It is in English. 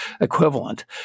equivalent